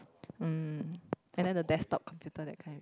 um and then the desktop computer that kind